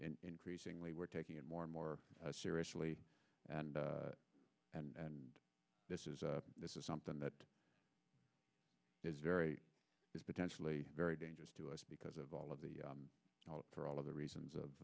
increasingly we're taking it more and more seriously and and this is this is something that is very potentially very dangerous to us because of all of the for all of the reasons of